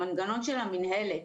המנגנון של המנהלת.